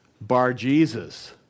Bar-Jesus